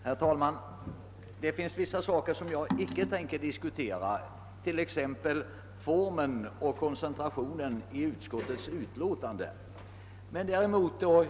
Herr talman! Det finns vissa saker som jag icke tänker diskutera, t.ex. utskottsutlåtandets koncentrerade form.